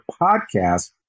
podcast